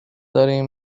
داریم